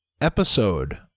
episode